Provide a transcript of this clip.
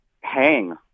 hang